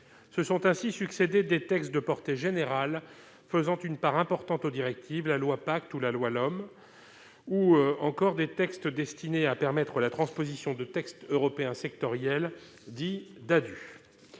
se sont ainsi succédé des textes de portée générale, faisant une part importante aux directives, la loi pacte où la loi l'homme ou encore des textes destinés à permettre la transposition de textes européens sectorielles dit d'adultes,